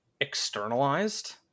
externalized